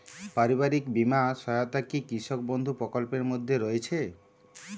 পারিবারিক বীমা সহায়তা কি কৃষক বন্ধু প্রকল্পের মধ্যে রয়েছে?